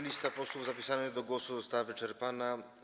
Lista posłów zapisanych do głosu została wyczerpana.